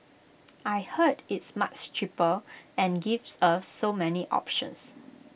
I heard it's much cheaper and gives us so many options